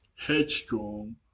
headstrong